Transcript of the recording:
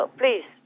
please